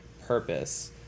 purpose